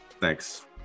thanks